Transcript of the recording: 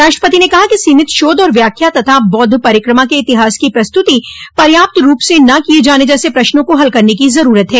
राष्ट्रपति ने कहा कि सीमित शोध और व्याख्या तथा बौद्ध परिक्रमा के इतिहास की प्रस्तुति पर्याप्त रूप से न किये जाने जैसे प्रश्नों को हल करने की जरूरत है